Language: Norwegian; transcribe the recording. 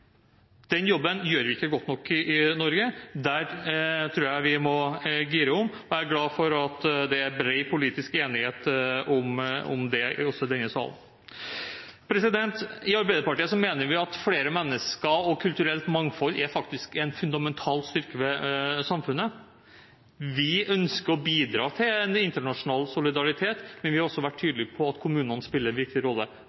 Den jobben gjør vi ikke godt nok i Norge. Der tror jeg vi må gire om, og jeg er glad for at det er bred politisk enighet om det også i denne salen. I Arbeiderpartiet mener vi at flere mennesker og kulturelt mangfold faktisk er en fundamental styrke ved samfunnet. Vi ønsker å bidra til internasjonal solidaritet, men vi har også vært tydelige på at kommunene spiller en viktig rolle.